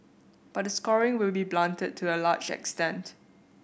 but the scoring will be blunted to a large extent